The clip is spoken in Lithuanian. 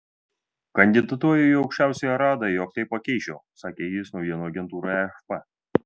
kandidatuoju į aukščiausiąją radą jog tai pakeisčiau sakė jis naujienų agentūrai afp